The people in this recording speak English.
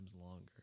longer